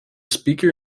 speaker